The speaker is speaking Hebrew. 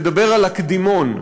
לדבר על הקדימון,